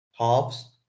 halves